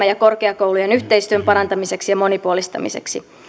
ja korkeakoulujen yhteistyön parantamiseksi ja monipuolistamiseksi